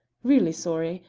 really sorry,